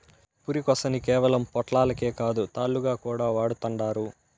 పురికొసని కేవలం పొట్లాలకే కాదు, తాళ్లుగా కూడా వాడతండారు